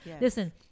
Listen